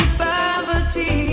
poverty